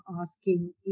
asking